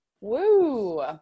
Woo